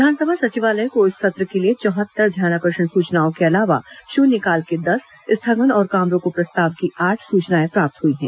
विधानसभा सचिवालय को इस सत्र के लिए चौहत्तर ध्यानाकर्षण सूचनाओं के अलावा शून्यकाल की दस स्थगन और काम रोको प्रस्ताव की आठ सूचनाएं प्राप्त हुई हैं